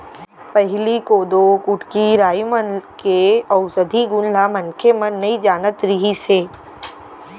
पहिली कोदो, कुटकी, राई मन के अउसधी गुन ल मनखे मन नइ जानत रिहिस हे